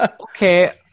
okay